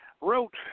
wrote